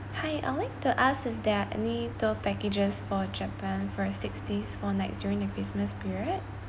hi I would like to ask if there are any tour packages for japan for a six days four nights during the christmas period